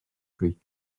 pluies